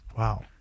Wow